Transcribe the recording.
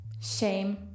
Shame